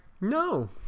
no